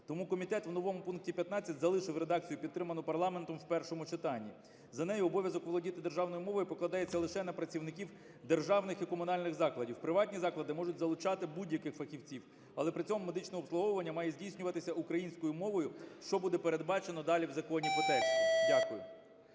Тому комітет в новому пункті 15 залишив редакцію, підтриману парламентом в першому читанні. За нею обов'язок володіти державною мовою покладається лише на працівників державних і комунальних закладів, приватні заклади можуть залучати будь-які фахівців, але при цьому медичне обслуговування має здійснюватися українською мовою, що буде передбачено далі в законі по тексту. Дякую.